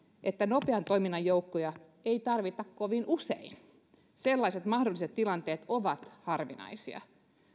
että nopean toiminnan joukkoja ei tarvita kovin usein sellaiset mahdolliset tilanteet ovat harvinaisia